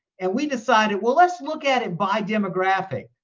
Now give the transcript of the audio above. and we decided, well, let's look at it by demographic.